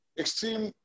extreme